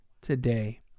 today